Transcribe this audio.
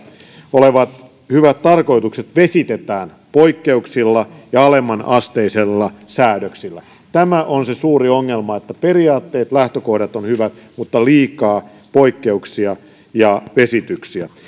olevat hyvät tarkoitukset vesitetään poikkeuksilla ja alemmanasteisilla säädöksillä tämä on se suuri ongelma että periaatteet lähtökohdat ovat hyvät mutta on liikaa poikkeuksia ja vesityksiä